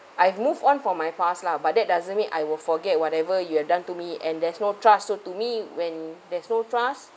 I've move on from my past lah but that doesn't mean I will forget whatever you have done to me and there's no trust so to me when there's no trust